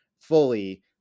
fully